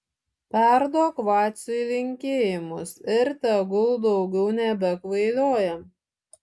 perduok vaciui linkėjimus ir tegu daugiau nebekvailioja